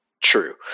True